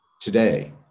today